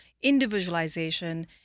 individualization